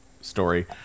story